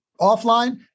offline